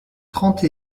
trente